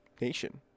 nation